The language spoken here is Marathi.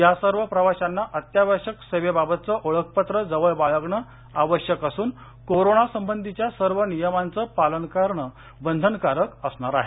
या सर्व प्रवाशांना अत्यावश्यक सेवेबाबतचं ओळखपत्र जवळ बाळगण आवश्यक असून कोरोना संबधीच्या सर्व नियमांचं पालन कारण बंधनकारक असणार आहे